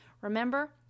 Remember